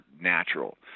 natural